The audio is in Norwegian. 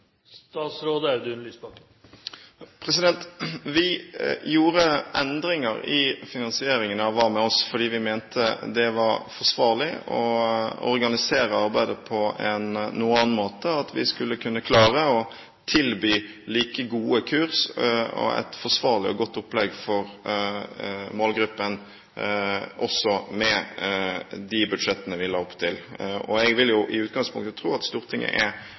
Vi gjorde endringer i finansieringen av Hva med oss? fordi vi mente det var forsvarlig å organisere arbeidet på en noe annen måte, og at vi skulle kunne klare å tilby like gode kurs og et forsvarlig og godt opplegg for målgruppen også med de budsjettene vi la opp til. Og jeg vil i utgangspunktet tro at